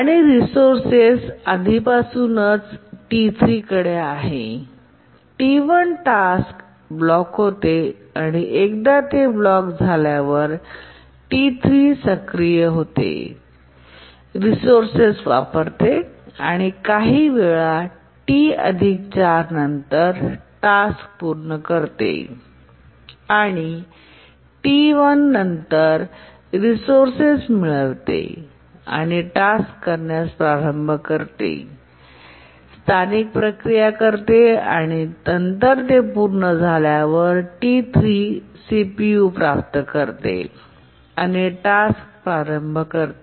आणि रिसोर्सेस आधीपासूनच T3 कडे आहे T1 टास्क ब्लॉक होते आणि एकदा ते ब्लॉक झाल्यावर T3 सक्रिय होते रिसोर्सेस वापरते आणि काही वेळा T 4 नंतर टास्क पूर्ण करते आणि T1 नंतर रिसोर्सेस मिळवते आणि टास्क करण्यास प्रारंभ करते स्थानिक प्रक्रिया करते आणि नंतर ते पूर्ण झाल्यानंतर T3 सीपीयू प्राप्त करते आणि टास्क प्रारंभ करते